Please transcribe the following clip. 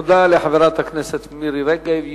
תודה לחברת הכנסת מירי רגב.